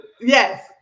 yes